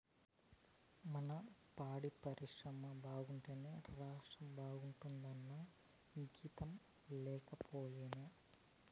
మన పాడి పరిశ్రమ బాగుంటేనే రాష్ట్రం బాగుంటాదన్న ఇంగితం లేకపాయే